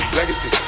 legacy